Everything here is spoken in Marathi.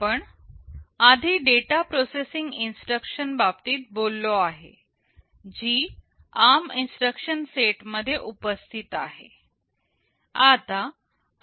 आपण आधी डेटा प्रोसेसिंग इन्स्ट्रक्शन बाबतीत बोललो आहे जी ARM इन्स्ट्रक्शन सेटमध्ये उपस्थित आहे